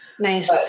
Nice